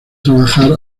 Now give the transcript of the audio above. trabajar